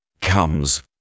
comes